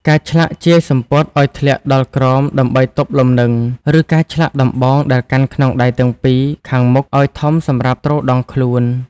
ការឆ្លាក់ជាយសំពត់ឱ្យធ្លាក់ដល់ក្រោមដើម្បីទប់លំនឹង ឬការឆ្លាក់ដំបងដែលកាន់ក្នុងដៃទាំងពីរពីខាងមុខឱ្យធំសម្រាប់ទ្រដងខ្លួន។